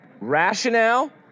rationale